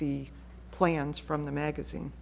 the plans from the magazine